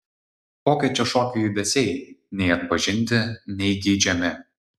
kokio čia šokio judesiai nei atpažinti nei geidžiami